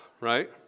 right